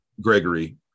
Gregory